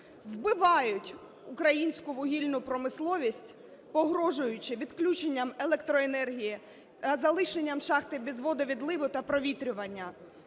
вбивають українську вугільну промисловість, погрожуючи відключенням електроенергії, залишенням шахти без водовідливу та провітрювання.